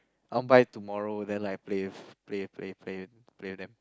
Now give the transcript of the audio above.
I want buy tomorrow then like play with play play play play with them